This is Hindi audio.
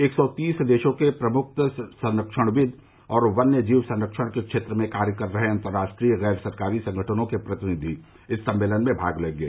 एक सौ तीस देशों के प्रमुख संरक्षणविद् और वन्य जीव सरक्षण के क्षेत्र में कार्य कर रहे अंतराष्ट्रीय गैर सरकारी संगठनों के प्रतिनिधि इस सम्मेलन में भाग लेंगे